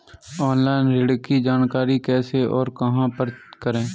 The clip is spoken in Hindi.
ऑनलाइन ऋण की जानकारी कैसे और कहां पर करें?